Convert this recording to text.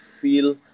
feel